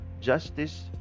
justice